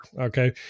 Okay